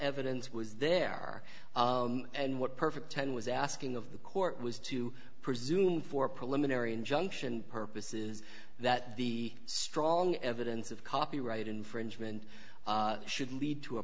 evidence was there and what perfect ten was asking of the court was to presume for preliminary injunction purposes that the strong evidence of copyright infringement should lead to a